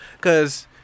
Cause